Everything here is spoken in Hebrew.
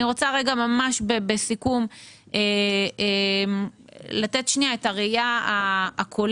אני רוצה רגע ממש בסיכום לתת שנייה את הראיה הכוללת.